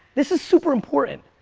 this is super important,